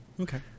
Okay